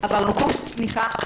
עברנו קורס צניחה,